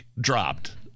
dropped